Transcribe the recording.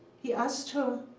he asked her,